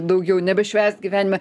daugiau nebešvęst gyvenime